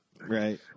Right